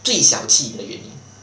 最小气的的原因